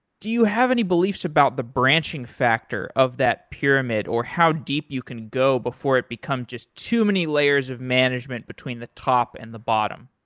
do you have any beliefs about the branching factor of that pyramid or how deep you can go before it become just too many layers of management between the top and the bottom?